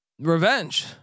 Revenge